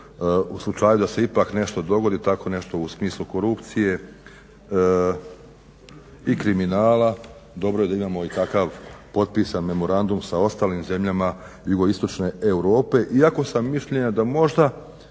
u slučaju da se ipak nešto dogodi tako nešto u smislu korupcije i kriminala, dobro je da imamo i takav potpisan memorandum sa ostalim zemljama JI Europe, iako sam mišljenja da možda